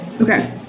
okay